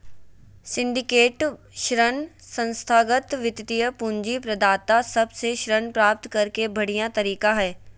syndicated ऋण संस्थागत वित्तीय पूंजी प्रदाता सब से ऋण प्राप्त करे के बढ़िया तरीका हय